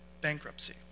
bankruptcy